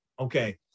okay